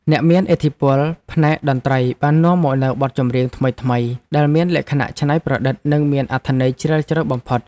អ្នកមានឥទ្ធិពលផ្នែកតន្ត្រីបាននាំមកនូវបទចម្រៀងថ្មីៗដែលមានលក្ខណៈច្នៃប្រឌិតនិងមានអត្ថន័យជ្រាលជ្រៅបំផុត។